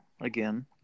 again